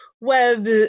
web